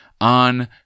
On